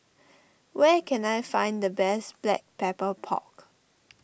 where can I find the best Black Pepper Pork